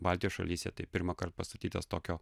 baltijos šalyse tai pirmąkart pastatytas tokio